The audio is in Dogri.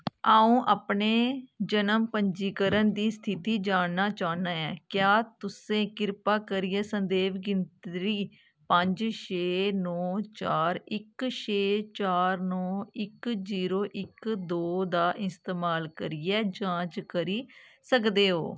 अ'ऊं अपने जनम पंजीकरण दी स्थिति जानना चाह्न्नां ऐ क्या तुसें कृपा करियै संदेव गिनतरी पंज छे नौ चार इक छे चार नौ इक जीरो इक दो दा इस्तेमाल करियै जांच करी सकदे ओ